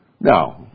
Now